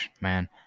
man